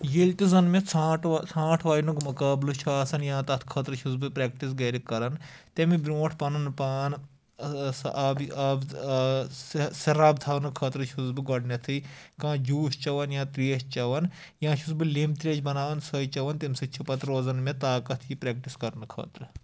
ییٚلہِ تہِ زَن مےٚ ژھانٛٹھ وا ژھانٛٹھ واینُک مُقابلہٕ چھُ آسان یا تَتھ خٲطرٕ چھُس بہٕ پرٛٮ۪کٹِس گَرِ کَران تمہِ برونٛٹھ پَنُن پان سۄ آبی آب سۄ رَب تھَونہٕ خٲطرٕ چھُس بہٕ گۄڈنٮ۪تھٕے کانٛہہ جوٗس چٮ۪وان یا ترٛیش چٮ۪وان یا چھُس بہٕ لیٚمب ترٛیش بَناوان سوے چٮ۪وان تَمہِ سۭتۍ چھُ پَتہٕ روزان مےٚ طاقت یہِ پرٛٮ۪کٹِس کَرنہٕ خٲطرٕ